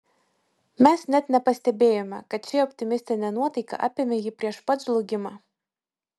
mes net nepastebėjome kad ši optimistinė nuotaika apėmė jį prieš pat žlugimą